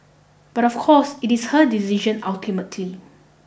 but of course it is her decision ultimately